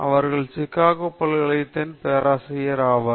அவர் Chicago பல்கலைக் கழகத்தின் பேராசிரியர் ஆவார்